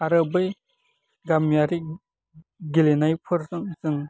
आरो बै गामियारि गेलेनायफोरजों जों